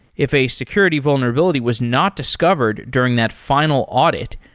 if a security vulnerability was not discovered during that final audit,